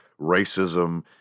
racism